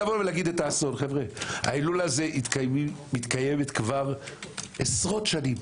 ההילולה הזאת מתקיימת כבר עשרות שנים.